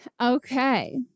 Okay